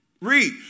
Read